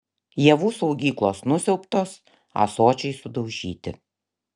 javų saugyklos nusiaubtos ąsočiai sudaužyti